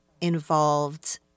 involved